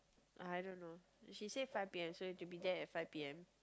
I don't know she said five p_m so we have to be there at five p_m